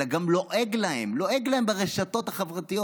אלא גם לועג לו, לועג לו ברשתות החברתיות.